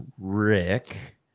Rick